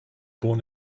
born